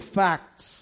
facts